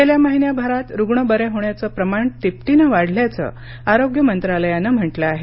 गेल्या महिन्याभरात रुग्ण बरे होण्याचं प्रमाण तिपटीनं वाढल्याचं आरोग्य मंत्रालयानं म्हटलं आहे